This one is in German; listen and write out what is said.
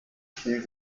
spielt